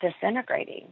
disintegrating